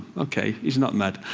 ok, he's not mad.